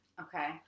Okay